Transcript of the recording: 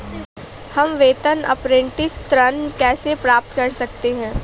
हम वेतन अपरेंटिस ऋण कैसे प्राप्त कर सकते हैं?